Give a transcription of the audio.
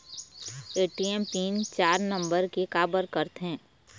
ATM pin चार number के काबर करथे?